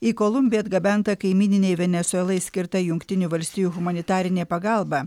į kolumbiją atgabenta kaimyninei venesuelai skirta jungtinių valstijų humanitarinė pagalba